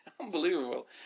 Unbelievable